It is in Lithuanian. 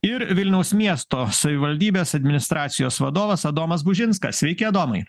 ir vilniaus miesto savivaldybės administracijos vadovas adomas bužinskas sveiki adomai